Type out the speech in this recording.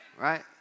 Right